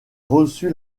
reçu